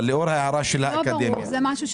אבל לאור ההערה של האקדמיה --- זה לא ברור.